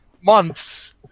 months